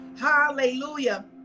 hallelujah